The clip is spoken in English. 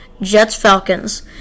Jets-Falcons